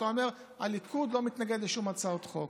אתה אומר שהליכוד לא מתנגד לשום הצעות חוק,